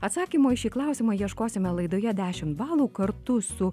atsakymo į šį klausimą ieškosime laidoje dešim balų kartu su